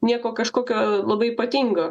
nieko kažkokio labai ypatingo